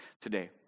today